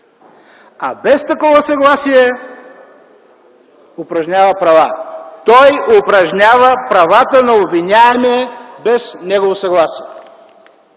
Без такова съгласие упражнява права. Той упражнява правата на обвиняемия без негово съгласие!